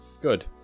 good